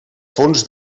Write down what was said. fons